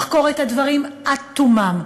לחקור את הדברים עד תומם.